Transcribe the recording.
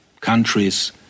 countries